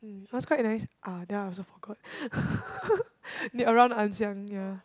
mm it was quite nice ah then I also forgot near around Ann-Siang ya